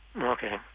okay